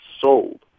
sold